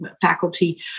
faculty